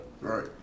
Right